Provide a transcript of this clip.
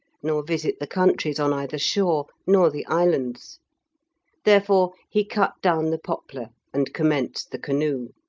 nor visit the countries on either shore, nor the islands therefore he cut down the poplar and commenced the canoe.